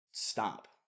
Stop